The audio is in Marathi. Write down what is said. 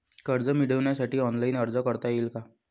कर्ज मिळविण्यासाठी ऑनलाइन अर्ज करता येईल का?